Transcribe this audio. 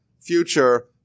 future